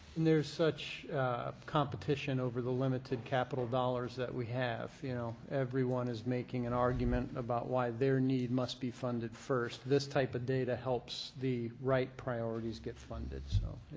there's such competition over the limited capital dollars that we have, you know. everyone is making an argument about why their need must be funded first. this type of data helps the right priorities get funded, so